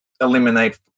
eliminate